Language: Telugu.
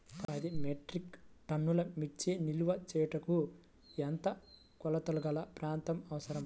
పది మెట్రిక్ టన్నుల మిర్చి నిల్వ చేయుటకు ఎంత కోలతగల ప్రాంతం అవసరం?